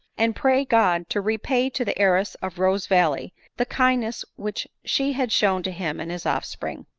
and pray god to re pay to the heiress of rosevalley the kindness which she had shown to him and his offspring.